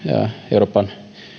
euroopan